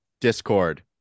Discord